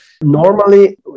normally